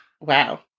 Wow